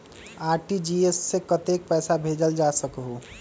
RTGS से कतेक पैसा भेजल जा सकहु???